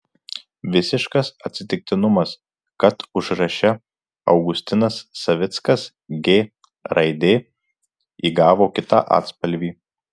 visiškas atsitiktinumas kad užraše augustinas savickas g raidė įgavo kitą atspalvį